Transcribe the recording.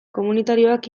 komunitarioak